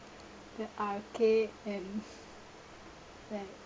the arcade and like